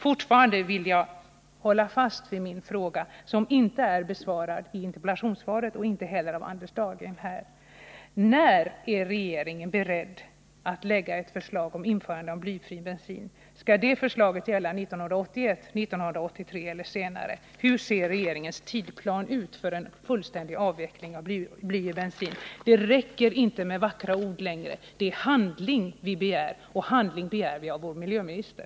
Fortfarande vill jag hålla fast vid min fråga, som inte har besvarats i interpellationssvaret och inte heller i Anders Dahlgrens inlägg: När är regeringen beredd att lägga fram ett förslag om införande av blyfri 125 bensin? Skall det gälla 1981, 1983 eller senare? Hur ser regeringens tidsplan ut för en fullständig avveckling av bly i bensinen? Det räcker inte längre med vackra ord. Det är handling vi begär, och det begär vi av vår miljöminister.